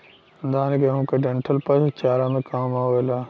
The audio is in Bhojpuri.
धान, गेंहू क डंठल पशु चारा में काम आवेला